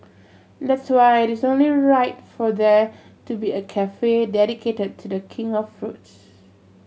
that's why it is only right for there to be a cafe dedicated to The King of fruits